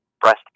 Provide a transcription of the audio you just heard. breast